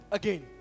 again